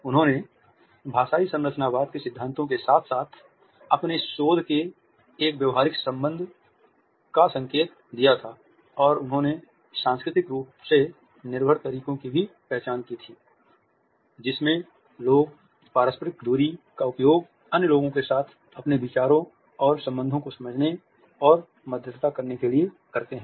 उन्होंने भाषाई संरचनावाद के सिद्धांतों के साथ अपने शोध के एक व्यावहारिक संबंध का संकेत दिया था और उन्होंने सांस्कृतिक रूप से निर्भर तरीकों की भी पहचान की थी जिसमें लोग पारस्परिक दूरी का उपयोग अन्य लोगों के साथ अपने विचारों और संबंधों को समझने और मध्यस्थता करने के लिए करते हैं